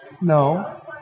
No